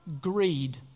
greed